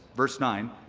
verse nine,